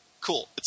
Cool